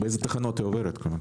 באילו תחנות היא עוברת?